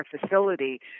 facility